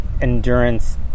endurance